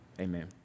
Amen